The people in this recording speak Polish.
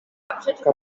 kapitan